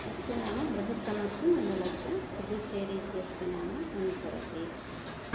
सस्यानां बृहत्तमस्य मण्डलस्य पुदुचेरी इत्यस्य नाम अनुसरति